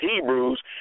Hebrews